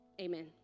Amen